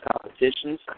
competitions